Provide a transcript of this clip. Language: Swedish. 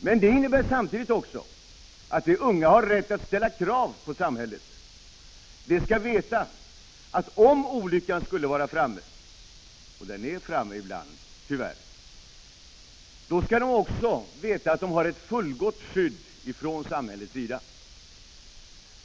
Men det innebär samtidigt också att de unga har rätt att ställa krav på samhället. De skall veta att om olyckan skulle vara framme — och den är framme ibland, tyvärr — har de ett fullgott skydd från samhällets sida.